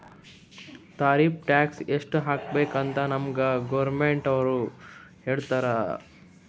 tariff tax ಎಸ್ಟ್ ಹಾಕಬೇಕ್ ಅಂತ್ ನಮ್ಗ್ ಗೌರ್ಮೆಂಟದವ್ರು ಹೇಳ್ತರ್